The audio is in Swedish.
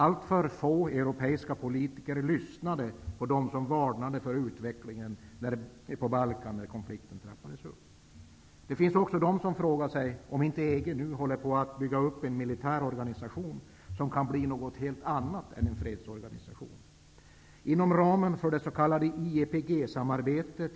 Alltför få europeiska politiker lyssnade på dem som varnade för utvecklingen på Balkan när konflikten trappades upp. Det finns också de som frågar om EG nu inte håller på att bygga upp en militär organisation som kan bli något helt annat än en fredsorganisation?